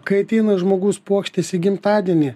kai ateina žmogus puokštės į gimtadienį